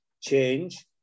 change